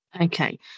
Okay